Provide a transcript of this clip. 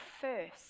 first